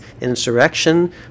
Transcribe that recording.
insurrection